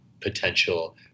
potential